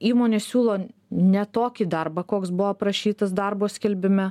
įmonės siūlo ne tokį darbą koks buvo aprašytas darbo skelbime